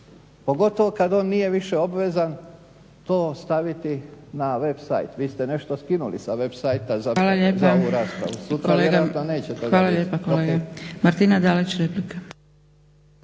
pogotovo kad on nije više obvezan to staviti na web site. Vi ste nešto skinuli sa web sitea za ovu raspravu, ali sutra vjerojatno neće toga